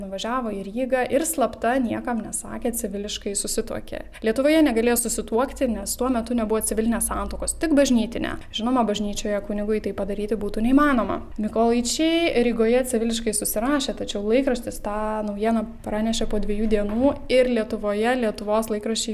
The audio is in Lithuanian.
nuvažiavo į rygą ir slapta niekam nesakę civiliškai susituokė lietuvoje negalėjo susituokti nes tuo metu nebuvo civilinės santuokos tik bažnytinė žinoma bažnyčioje kunigui tai padaryti būtų neįmanoma mykolaičiai rygoje civiliškai susirašė tačiau laikraštis tą naujieną pranešė po dviejų dienų ir lietuvoje lietuvos laikraščiai